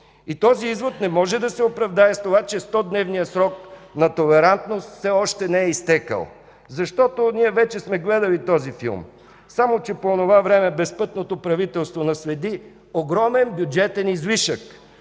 И този извод не може да се оправдае с това, че стодневният срок на толерантност все още не е изтекъл. Защото ние вече сме гледали този филм. Само че по онова време безпътното правителство наследи огромен бюджетен излишък,